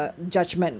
ya